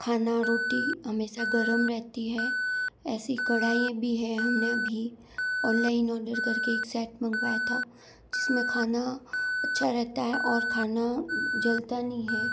खाना रोटी हमेशा गर्म रहती है ऐसी कढ़ाई भी है हम ने अभी ऑनलाइन ऑर्डर कर के एक सेट मंगवाया था जिस में खाना अच्छा रहता है और खाना जलता नहीं है